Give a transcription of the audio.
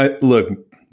Look